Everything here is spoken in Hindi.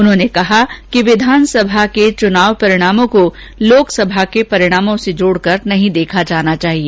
उन्होंने कहा कि विधानसभा के चुनाव परिणामों को लोकसभा के परिणामों से जोडकर नहीं देखा जाना चाहिए